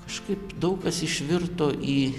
kažkaip daug kas išvirto į